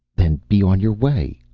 then be on your way,